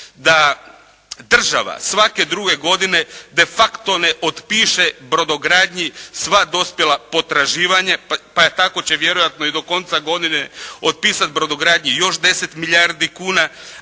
da država svake druge godine de facto ne otpiše brodogradnji sva dospjela potraživanja, pa tako će vjerojatno i do konca godine otpisati brodogradnji još 10 milijardi kuna.